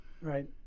Right